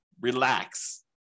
relax